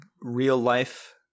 real-life